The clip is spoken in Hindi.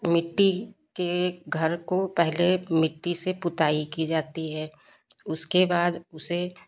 मिट्टी के घर को पहले मिट्टी से पुताई की जाती है उसके बाद उसे